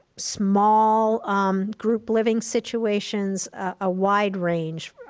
small um group living situations. a wide range,